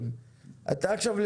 אתה עכשיו,